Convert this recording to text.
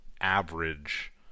average